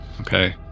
Okay